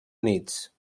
units